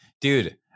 dude